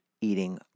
eating